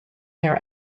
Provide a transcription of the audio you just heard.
their